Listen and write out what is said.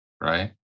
right